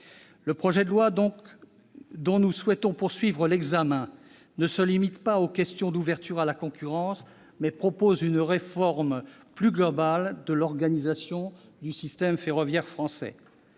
Le projet de loi, dont nous souhaitons poursuivre l'examen, ne se limite pas aux questions d'ouverture à la concurrence, mais traduit une réforme plus globale de l'organisation du système ferroviaire français.